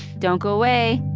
don't go away